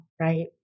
right